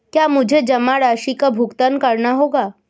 क्या मुझे जमा राशि का भुगतान करना होगा?